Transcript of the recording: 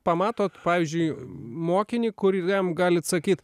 pamatot pavyzdžiui mokinį kuriam galit sakyt